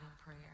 prayer